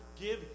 give